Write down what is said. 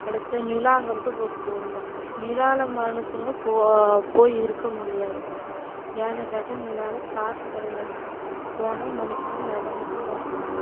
அடுத்து நிலாங்கிறது ஒரு கோள் தான் நிலாவில் மனுசங்கள் போக போய் இருக்க முடியாது ஏன்னு கேட்டால் நிலாவில் காற்று கிடையாது போனால் மனுசங்கள் மிதந்துட்டு தான் இருப்பாங்க